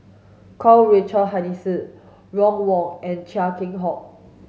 Karl Richard Hanitsch Ron Wong and Chia Keng Hock